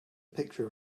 picture